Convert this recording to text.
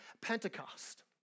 Pentecost